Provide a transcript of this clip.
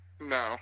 No